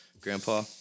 grandpa